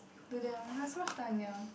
do there lor got so much time ya